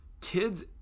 kids